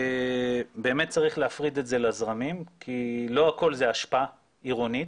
באמת צריך להפריד את זה לזרמים כי לא הכל זה אשפה עירונית,